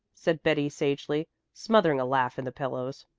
said betty sagely, smothering a laugh in the pillows.